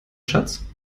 schatz